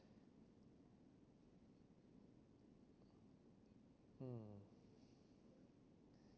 mm